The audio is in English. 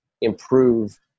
improve